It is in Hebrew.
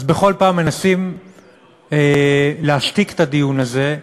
אז בכל פעם מנסים להשתיק את הדיון הזה.